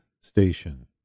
Station